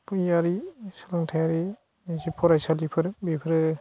सोलोंथाइआरि जि फरायसालिफोर बेफोरो